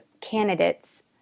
candidates